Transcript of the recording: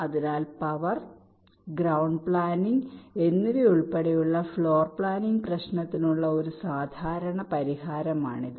അതിനാൽ power ground planning എന്നിവയുൾപ്പെടെയുള്ള floor planning പ്രശ്നത്തിനുള്ള ഒരു സാധാരണ പരിഹാരമാണിത്